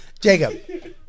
Jacob